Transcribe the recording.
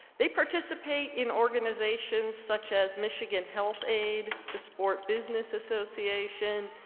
they participate in organizations such as michigan health aid, the sport business association,